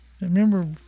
remember